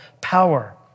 power